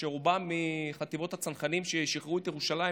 שרובם מחטיבת הצנחנים ששחררו את ירושלים,